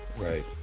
Right